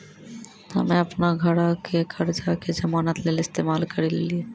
हम्मे अपनो घरो के कर्जा के जमानत लेली इस्तेमाल करि लेलियै